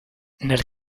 nel